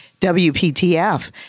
WPTF